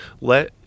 let